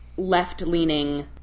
left-leaning